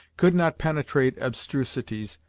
could not penetrate abstrusities,